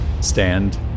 stand